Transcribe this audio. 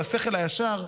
על השכל הישר,